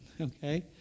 okay